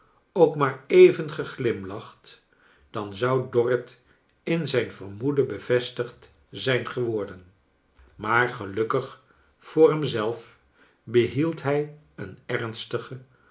ook maar even geglimlacht dan zou dorrit in zijn vermoeden bevestigd zijn geworden maar gelukkig voor hem zelf behield hij een ernstige